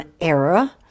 era